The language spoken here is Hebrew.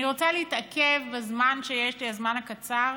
אני רוצה להתעכב, בזמן שיש לי, הזמן הקצר,